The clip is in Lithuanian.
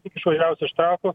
tik išvažiavus iš trakų